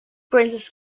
princess